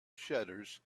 shutters